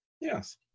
Yes